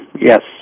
yes